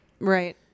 Right